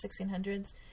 1600s